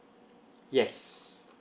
yes